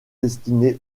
destiné